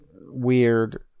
weird